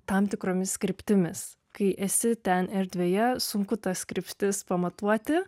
tam tikromis kryptimis kai esi ten erdvėje sunku tas kryptis pamatuoti